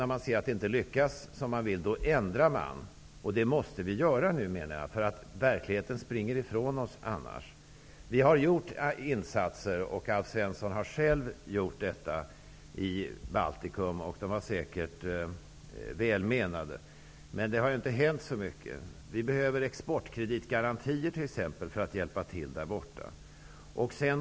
När man ser att något inte lyckas ändrar man på det hela. Man vi menar att vi måste göra det nu. Verkligheten springer annars ifrån oss. Alf Svensson har genomfört insatser i Baltikum, och de var säkert väl menade. Men de har inte hänt så mycket. Det behövs t.ex. exportkreditgarantier för att kunna hjälpa Baltikum.